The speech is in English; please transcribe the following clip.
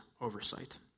oversight